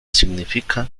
significa